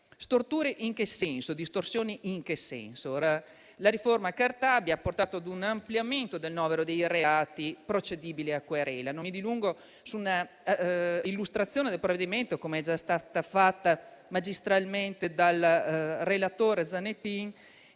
Storture e distorsioni in che senso? La cosiddetta riforma Cartabia ha portato a un ampliamento del novero dei reati procedibili a querela. Non mi dilungo sull'illustrazione del provvedimento, che è già stata fatta magistralmente dal relatore Zanettin,